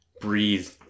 breathe